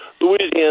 Louisiana